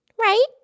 Right